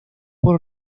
por